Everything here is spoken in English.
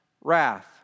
wrath